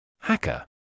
Hacker